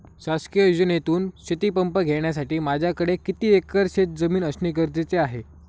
शासकीय योजनेतून शेतीपंप घेण्यासाठी माझ्याकडे किती एकर शेतजमीन असणे गरजेचे आहे?